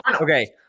Okay